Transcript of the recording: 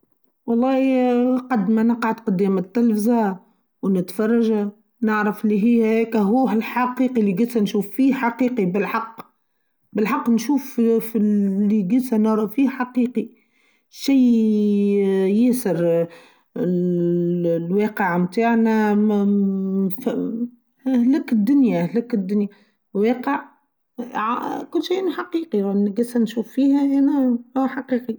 والله قد ما نقعد قدام التلفزا ونتفرجه نعرف لي هي هيك هو الحقيقي اللي قدسة نشوف فيه حقيقي بالحق بالحق نشوف في اللي قدسة نرى فيه حقيقي شي ياسر الواقع تاعنا أهلك الدنيا أهلك الدنيا واقع كل شي حقيقي وانا قدسة نشوف فيها أنا حقيقي.